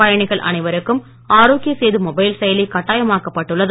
பயணிகள் அனைவருக்கும் ஆரோக்ய சேது மொபைல் செயலி கட்டாயமாக்கப் பட்டுள்ளது